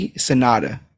Sonata